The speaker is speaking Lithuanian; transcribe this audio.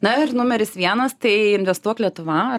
na ir numeris vienas tai investuok lietuva